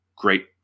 great